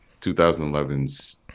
2011's